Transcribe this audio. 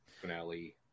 finale